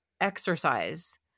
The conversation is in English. exercise